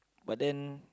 but then